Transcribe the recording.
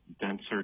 denser